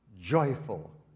joyful